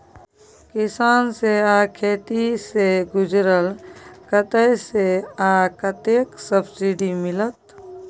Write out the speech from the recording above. किसान से आ खेती से जुरल कतय से आ कतेक सबसिडी मिलत?